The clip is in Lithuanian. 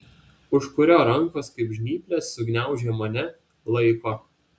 užkurio rankos kaip žnyplės sugniaužė mane laiko